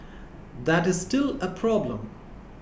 that is still a problem